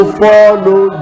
follow